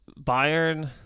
Bayern